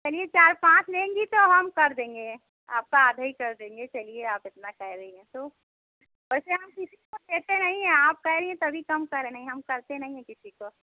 चलिये चार पाँच लेंगी तो हम कर देंगे आपका आधा ही कर देंगे चलिये आप इतना कह रही हैं तो वैसे हम किसी को देते नहीं है आप कह रही हैं तभी कम कर रहे हैं नहीं हम करते नहीं हैं किसी को